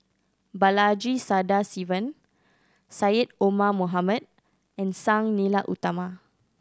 Balaji Sadasivan Syed Omar Mohamed and Sang Nila Utama